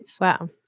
Wow